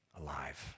alive